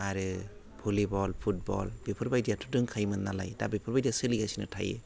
आरो volleyball football बेफोर बायदियाथ' दंखायोमोन नालाय दा बेफोर बायदिया सोलिगासिनो थायो